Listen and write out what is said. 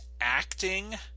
acting